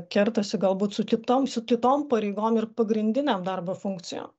kertasi galbūt su kitom su kitom pareigom ir pagrindinėm darbo funkcijom